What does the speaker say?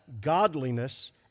godliness